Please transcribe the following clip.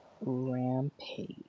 Rampage